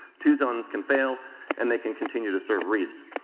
two zones can fail and they can continue to serve reads.